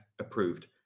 approved